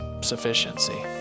sufficiency